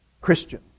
Christian